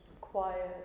quiet